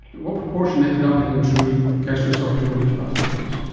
what proportion ended up having true gastro-oesophageal reflux disease?